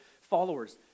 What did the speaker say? followers